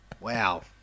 Wow